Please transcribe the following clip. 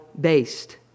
based